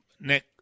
Nick